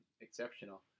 exceptional